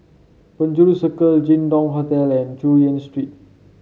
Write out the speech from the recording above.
Penjuru Circle Jin Dong Hotel and Chu Yen Street